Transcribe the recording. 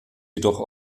jedoch